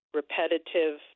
repetitive